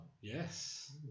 Yes